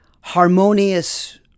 harmonious